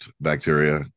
bacteria